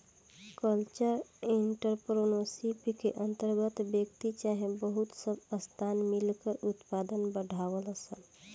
cultural entrepreneurship के अंतर्गत व्यक्ति चाहे बहुत सब संस्थान मिलकर उत्पाद बढ़ावेलन सन